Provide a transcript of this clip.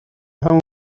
همون